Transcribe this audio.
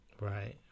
Right